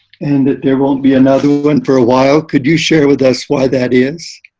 and, that there won't be another one for a while. could you share with us, why that is.